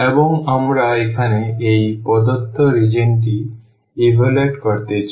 এবং আমরা এখানে এই প্রদত্ত রিজিওনটি ইভালুয়েট করতে চাই